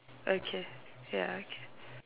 okay ya okay